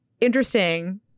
interesting